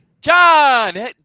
John